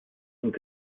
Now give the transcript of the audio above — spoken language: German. und